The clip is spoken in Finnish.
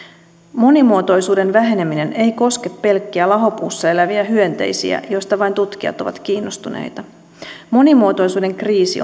monimuotoisuuden väheneminen ei koske pelkkiä lahopuussa eläviä hyönteisiä joista vain tutkijat ovat kiinnostuneita monimuotoisuuden kriisi